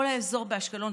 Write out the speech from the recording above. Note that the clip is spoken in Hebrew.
כל האזור באשקלון,